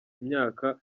imyaka